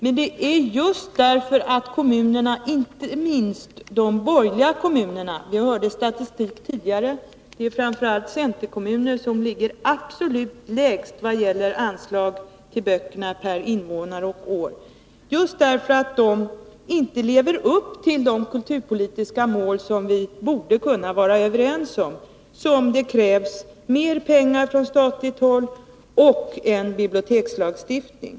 Men det är just därför att kommunerna, inte minst de borgerligt styrda kommunerna — av tidigare redovisad statistik framgår ju att det framför allt är centerkommuner som ligger absolut lägst i vad gäller anslag per invånare och år till böcker — inte lever upp till de kulturpolitiska mål som vi borde kunna vara överens om: att det krävs mer pengar från statligt håll och en bibliotekslagstiftning.